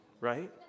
right